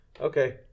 Okay